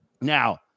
Now